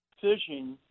fishing